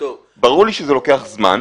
ברור לי שזה לוקח זמן.